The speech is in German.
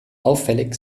auffällig